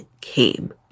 came